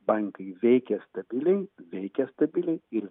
bankai veikia stabiliai veikia stabiliai ir